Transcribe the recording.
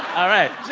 all right